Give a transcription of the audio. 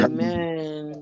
Amen